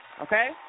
okay